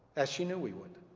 as she knew we would.